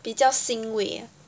比较欣慰 ah